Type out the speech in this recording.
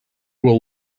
will